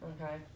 okay